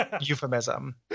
euphemism